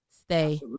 Stay